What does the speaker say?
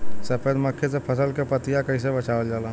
सफेद मक्खी से फसल के पतिया के कइसे बचावल जाला?